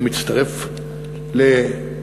אני מצטרף לאיחוליו,